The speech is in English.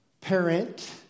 parent